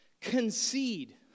Concede